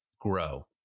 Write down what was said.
grow